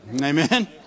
Amen